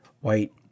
white